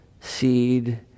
seed